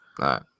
right